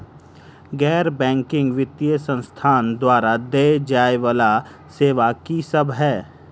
गैर बैंकिंग वित्तीय संस्थान द्वारा देय जाए वला सेवा की सब है?